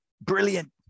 Brilliant